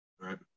Right